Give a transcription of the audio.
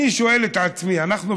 אני שואל את עצמי: אנחנו,